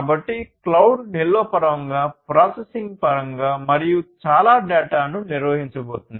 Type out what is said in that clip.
కాబట్టి క్లౌడ్ నిల్వ పరంగా ప్రాసెసింగ్ పరంగా మరియు చాలా డేటాను నిర్వహించబోతోంది